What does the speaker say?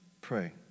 Pray